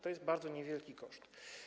To jest bardzo niewielki koszt.